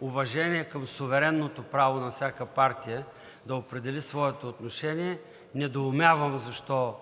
уважение към суверенното право на всяка партия да определи своето отношение, недоумявам защо